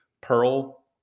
Pearl